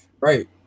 Right